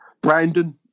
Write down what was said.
Brandon